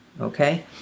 Okay